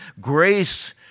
Grace